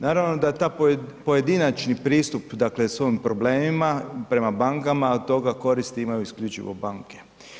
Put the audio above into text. Naravno da taj pojedinačni pristup dakle svog problema prema bankama, od toga koristi imaju isključivo banke.